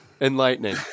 enlightening